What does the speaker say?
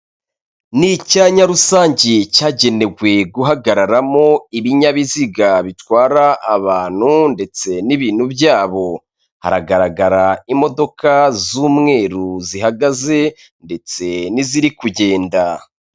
Ni icyanya rusange cyagenewe guhagararamo ibinyabiziga bitwara abantu ndetse n'ibintu byabo, haragaragara imodoka z'umweru zihagaze ndetse n'iziri kugenda.